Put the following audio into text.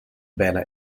bijna